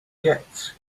gets